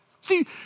See